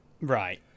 Right